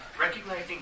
Recognizing